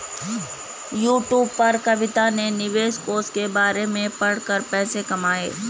YouTube पर कविता ने निवेश कोष के बारे में पढ़ा कर पैसे कमाए